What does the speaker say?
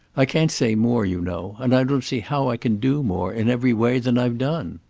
i can't say more, you know and i don't see how i can do more, in every way, than i've done.